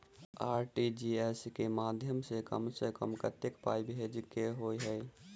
RTGS केँ माध्यम सँ कम सऽ कम केतना पाय भेजे केँ होइ हय?